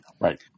Right